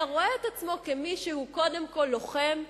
אלא רואה את עצמו כמי שהוא קודם כול לוחם,